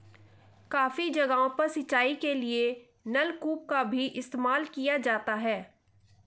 काफी जगहों पर सिंचाई के लिए नलकूप का भी इस्तेमाल किया जाता है